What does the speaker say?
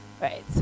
right